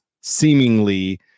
seemingly